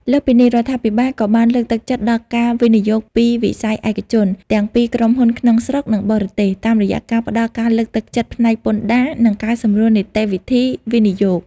លើសពីនេះ រដ្ឋាភិបាលក៏បានលើកទឹកចិត្តដល់ ការវិនិយោគពីវិស័យឯកជន ទាំងពីក្រុមហ៊ុនក្នុងស្រុក និងបរទេស តាមរយៈការផ្តល់ការលើកទឹកចិត្តផ្នែកពន្ធដារ និងការសម្រួលនីតិវិធីវិនិយោគ។